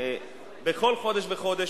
בכל חודש וחודש,